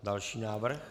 Další návrh.